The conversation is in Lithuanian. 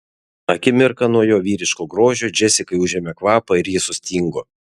akimirką nuo jo vyriško grožio džesikai užėmė kvapą ir ji sustingo